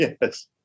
yes